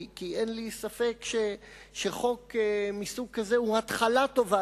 כי אין לי ספק שחוק מסוג כזה הוא התחלה טובה.